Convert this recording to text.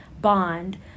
bond